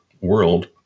world